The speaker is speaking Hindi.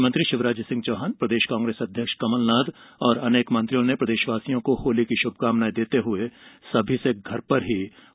मुख्यमंत्री शिवराज सिंह चौहान प्रदेश कांग्रेस अध्यक्ष कमलनाथ और अनेक मंत्रियों ने प्रदेशवासियों को होली की शुभकामना देते हुए घर पर होली मनाने की अपील की है